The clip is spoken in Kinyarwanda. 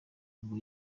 ngo